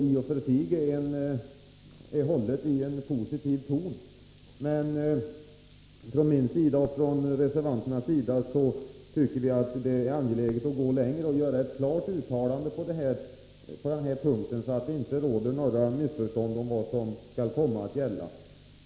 Det är i och för sig hållet i en positiv ton, men från min sida och från reservanternas sida tycker vi att det är angeläget att gå längre och göra ett klart uttalande på den här punkten, så att det inte kan råda några missförstånd om vad som kommer att gälla.